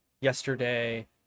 yesterday